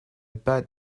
bad